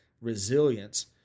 resilience